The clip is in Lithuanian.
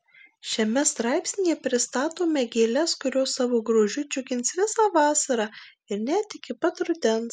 šiame straipsnyje pristatome gėles kurios savo grožiu džiugins visą vasarą ir net iki pat rudens